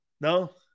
No